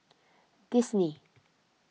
Disney